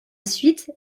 suite